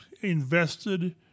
invested